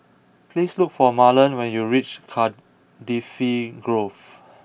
please look for Marlon when you reach Cardifi Grove